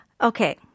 Okay